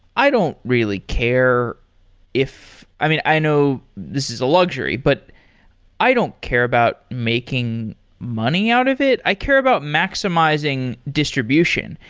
i don't really care if i mean, i know this is a luxury, but i don't care about making money out of it. i care about maximizing distribution.